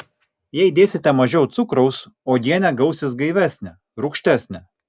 jei dėsite mažiau cukraus uogienė gausis gaivesnė rūgštesnė